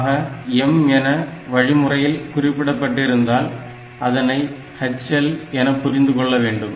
ஆக M என வழிமுறையில் குறிப்பிடப்பட்டிருந்தால் அதனை HL என புரிந்து கொள்ள வேண்டும்